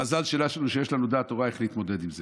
המזל שלנו הוא שיש לנו דעת תורה איך להתמודד עם זה.